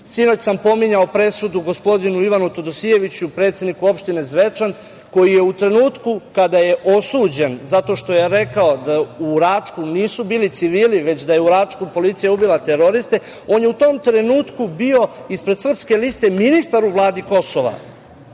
sam pominjao presudu gospodinu Ivanu Todosijeviću, predsedniku opštine Zvečan koji je u trenutku kada je osuđen zato što je rekao da u Račku nisu bili civili, već da je u Račku policija ubila teroriste, on je u tom trenutku bio ispred Srpske liste ministar u vladi Kosova.